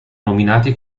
nominati